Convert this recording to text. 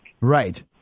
Right